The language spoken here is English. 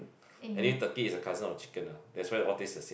I think turkey is the cousin of chicken ah that's why all taste the same